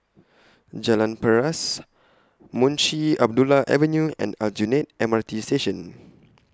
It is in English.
Jalan Paras Munshi Abdullah Avenue and Aljunied M R T Station